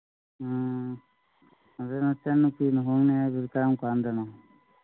ꯎꯝ ꯑꯗꯨ ꯅꯆꯟꯅꯨꯄꯤ ꯂꯨꯍꯣꯡꯅꯤ ꯍꯥꯏꯕꯕꯗꯨ ꯀꯔꯝ ꯀꯥꯟꯗꯅꯣ